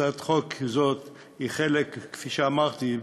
כפי שאמרתי,